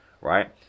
right